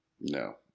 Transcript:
No